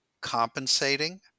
compensating